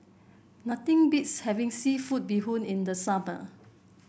nothing beats having seafood Bee Hoon in the summer